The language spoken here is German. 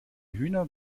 hühner